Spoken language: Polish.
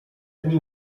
dni